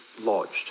lodged